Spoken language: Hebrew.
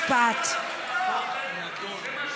השרה ביקשה לוועדת החוקה, חוק ומשפט.